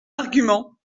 argument